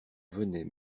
venait